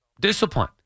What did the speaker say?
discipline